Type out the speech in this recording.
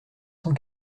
cent